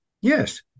Yes